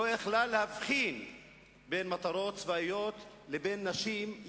לא היתה יכולה להבחין בין מטרות צבאיות לבין נשים,